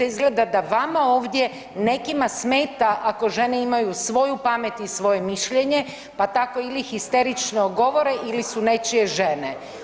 Izgleda da vama ovdje nekima smeta ako žene imaju svoju pamet i svoje mišljenje, pa tako ili histerično govore ili su nečije žene.